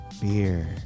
Beer